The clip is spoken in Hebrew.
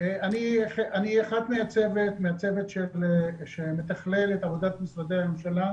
אני אחד מהצוות שמתכלל את עבודת משרדי הממשלה